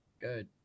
good